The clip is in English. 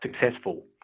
successful